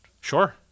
Sure